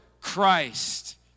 Christ